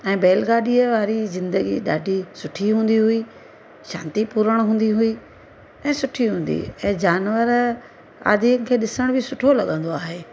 ऐं बैलगाॾीअ वारी ज़िंदगी ॾाढी सुठी हूंदी हुई शांतीपुर्ण हूंदी हुई ऐं सुठी हूंदी हुई ऐं जानवर आदिअनि खे ॾिसण बि सुठो लॻंदो आहे